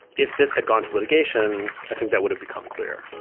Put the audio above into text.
if this had gone to litigation, i think that would have become clear